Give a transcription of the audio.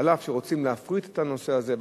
אף שרוצים להפריט את הנושא הזה,